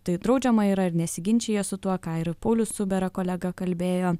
tai draudžiama yra ir nesiginčija su tuo ką ir paulius cubera kolega kalbėjo